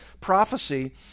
prophecy